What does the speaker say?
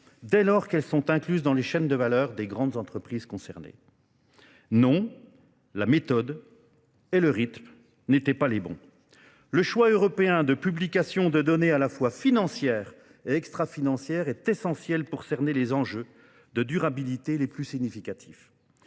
dès lors qu'elles sont incluses dans les chaînes de valeur des grandes entreprises concernées. Non, la méthode, et le rythme n'étaient pas les bons. Le choix européen de publication de données à la fois financières et extra-financières est essentiel pour cerner les enjeux de durabilité les plus significatifs.